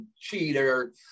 Cheater